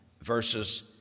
verses